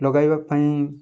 ଲଗାଇବା ପାଇଁ